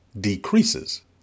decreases